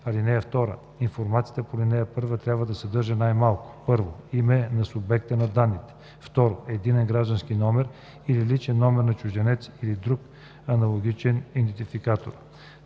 си. (2) Информацията по ал. 1 трябва да съдържа най малко: 1. име на субекта на данни; 2. единен граждански номер или личен номер на чужденец, или друг аналогичен идентификатор;